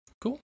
cool